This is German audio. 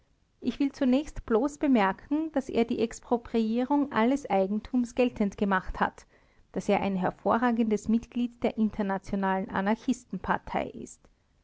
ich will zunächst bloß bemerken daß er die expropriierung alles eigentums geltend gemacht hat daß er ein hervorragendes mitglied der internationalen anarchistenpartei ist